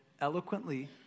eloquently